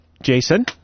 Jason